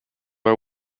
are